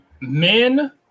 men